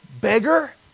Beggar